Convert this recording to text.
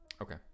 Okay